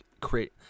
create